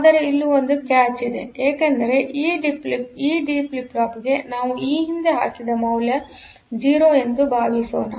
ಆದರೆ ಇಲ್ಲಿ ಒಂದು ಕ್ಯಾಚ್ ಇದೆ ಏಕೆಂದರೆ ಈ ಡಿ ಫ್ಲಿಪ್ ಫ್ಲಾಪ್ಗೆ ನಾವು ಈ ಹಿಂದೆ ಹಾಕಿದ ಮೌಲ್ಯ 0 ಎಂದು ಭಾವಿಸೋಣ